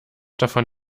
davon